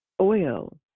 Oil